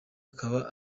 akaba